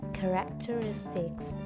characteristics